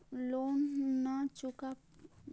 Loan न चुका पाई तब का होई?